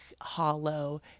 hollow